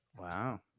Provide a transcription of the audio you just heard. Wow